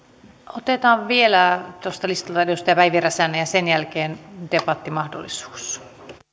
otetaan vielä tuosta listalta edustaja päivi räsänen ja sen jälkeen debattimahdollisuus